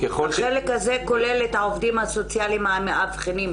החלק הזה כולל את העובדים הסוציאליים המאבחנים,